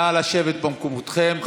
נא לשבת במקומותיכם.